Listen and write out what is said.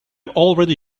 already